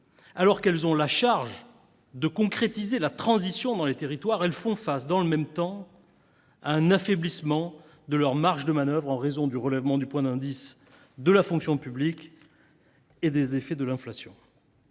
vie, qu’elles ont la charge de concrétiser la transition dans les territoires, elles sont confrontées, dans le même temps, à un affaiblissement de leurs marges de manœuvre en raison du relèvement du point d’indice de la fonction publique territoriale et des effets de l’inflation.